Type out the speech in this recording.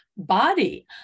body